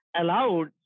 allowed